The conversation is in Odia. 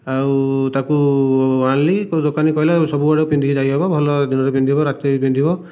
ଆଉ ତାକୁ ଆଣିଲି ତ ଦୋକାନୀ କହିଲା ସବୁଆଡ଼େ ପିନ୍ଧିକି ଯାଇ ହେବ ଦିନରେ ପିନ୍ଧି ବି ରାତିରେ ପିନ୍ଧି ହେବ